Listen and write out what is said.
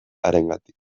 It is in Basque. harengatik